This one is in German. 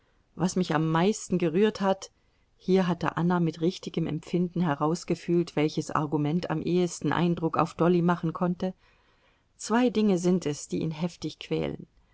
was mich am meisten gerührt hat hier hatte anna mit richtigem empfinden herausgefühlt welches argument am ehesten eindruck auf dolly machen konnte zwei dinge sind es die ihn heftig quälen